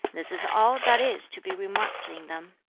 this is all that is to be remarked in them.